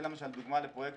זה למשל דוגמא לפרויקט